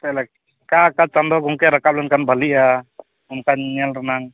ᱚᱠᱟ ᱚᱠᱟ ᱪᱟᱸᱫᱚ ᱜᱚᱝᱠᱮ ᱨᱟᱠᱟᱵᱽ ᱞᱮᱱᱠᱷᱟᱱ ᱵᱷᱟᱞᱮᱜᱼᱟ ᱚᱱᱠᱟᱱ ᱧᱮᱞ ᱨᱮᱱᱟᱝ